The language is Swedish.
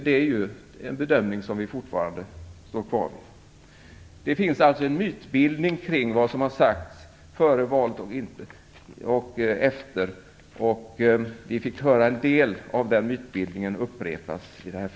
Det är en bedömning som vi fortfarande står kvar vid. Det finns alltså en mytbildning kring vad som har sagts före valet och efter. Vi fick höra en del av den mytbildningen upprepas här.